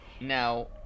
Now